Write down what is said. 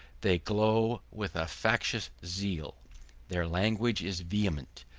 they glow with a factitious zeal their language is vehement,